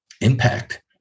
impact